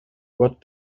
what